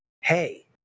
hey